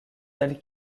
telles